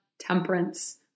temperance